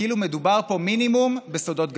כאילו מדובר פה מינימום בסודות גרעין.